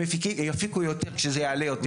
הם יפיקו יותר כשזה יעלה יותר.